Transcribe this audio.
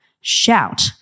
shout